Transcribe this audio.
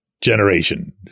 generation